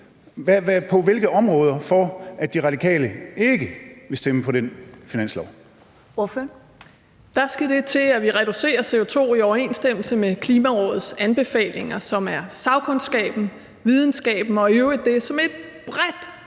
Ordføreren. Kl. 13:34 Sofie Carsten Nielsen (RV): Der skal det til, at vi reducerer CO2 i overensstemmelse med Klimarådets anbefalinger, som er fagkundskaben, videnskaben og i øvrigt det, som et bredt,